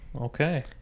Okay